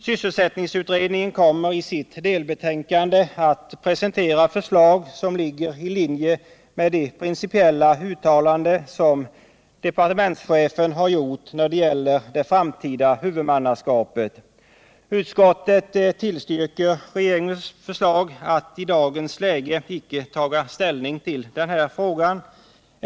Sysselsättningsutredningen kommer i sitt delbetänkande att presentera förslag som ligger i linje med de principiella uttalanden som departementschefen har gjort om det framtida huvudmannaskapet. Utskottet tillstyrker regeringens förslag att i dagens läge icke taga ställning i den = Nr 48 här frågan.